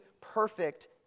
perfect